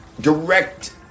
direct